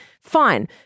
Fine